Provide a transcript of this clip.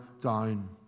down